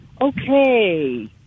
Okay